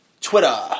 Twitter